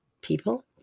people